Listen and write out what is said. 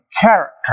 character